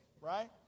right